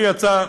לי יצא,